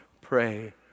pray